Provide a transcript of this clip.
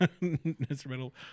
Instrumental